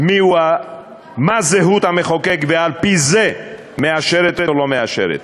מה זהות המחוקק ועל-פי זה מאשרת או לא מאשרת.